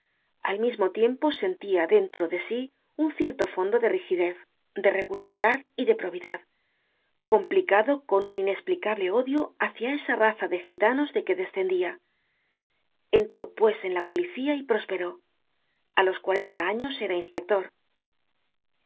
al mismo tiempo sentia dentro de sí un cierto fondo de rigidez de regularidad y de probidad complicado con un inesplicable ódio hácia esa raza de gitanos de que descendia entró pues en la policía y prosperó a los cuarenta años era inspector en